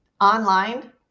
online